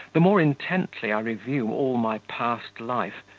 the more intently i review all my past life,